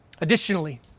Additionally